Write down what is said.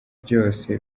byose